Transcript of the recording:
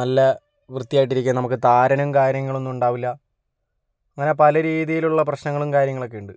നല്ല വൃത്തിയായിട്ടിരിക്കുക നമുക്ക് താരനും കാര്യങ്ങളൊന്നും ഉണ്ടാകില്ല അങ്ങനെ പല രീതിയിലുള്ള പ്രശ്നങ്ങളും കാര്യങ്ങളൊക്കെ ഉണ്ട്